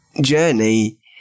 journey